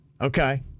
Okay